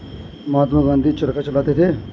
महात्मा गांधी चरखा चलाते थे